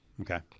Okay